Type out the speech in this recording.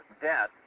debt